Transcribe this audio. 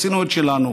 עשינו את שלנו.